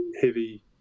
heavy